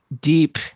deep